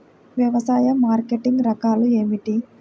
వ్యవసాయ మార్కెటింగ్ రకాలు ఏమిటి?